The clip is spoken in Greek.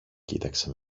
κοίταξε